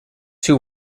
two